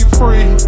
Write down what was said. free